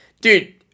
Dude